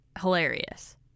hilarious